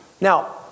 Now